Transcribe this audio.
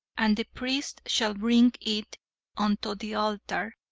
and the priest shall bring it unto the altar,